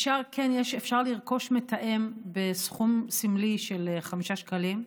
כן אפשר לרכוש מתאם בסכום סמלי של 5 שקלים,